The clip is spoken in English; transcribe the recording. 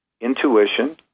intuition